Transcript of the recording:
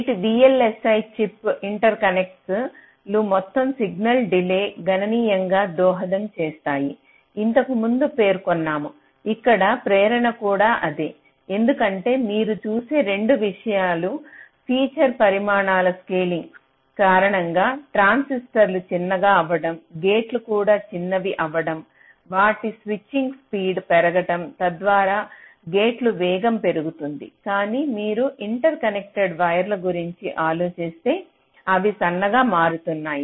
నేటి VLSI chips interconnect లు మొత్తం సిగ్నల్ డిలేకు గణనీయంగా దోహదం చేస్తాయని ఇంతకు ముందే పేర్కొన్నాము ఇక్కడి ప్రేరణ కూడా అదే ఎందుకంటే మీరు చూసే 2 విషయాలు ఫీచర్ పరిమాణాల స్కేలింగ్ కారణంగా ట్రాన్సిస్టర్లు చిన్నగా అవ్వడం గేట్లు కూడా చిన్నవి అవ్వడం వాటి స్విచ్చింగ్ స్పీడ్ పెరగడం తద్వారా గేట్లు వేగం పెరుగుతుంది కాని మీరు ఇంటర్ కనెక్టెడ్ వైర్ల గురించి ఆలోచిస్తే అవి సన్నగా మారుతున్నాయి